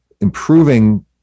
improving